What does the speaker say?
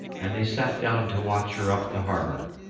and they sat down to watch her up the harbour,